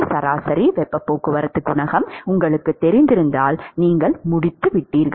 எனவே சராசரி வெப்பப் போக்குவரத்து குணகம் உங்களுக்குத் தெரிந்திருந்தால் நீங்கள் முடித்துவிட்டீர்கள்